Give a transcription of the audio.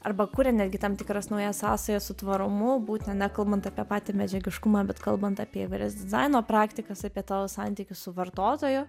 arba kuria netgi tam tikras naujas sąsajas su tvarumu nekalbant apie patį medžiagiškumą bet kalbant apie įvairias dizaino praktikas apie tavo santykius su vartotoju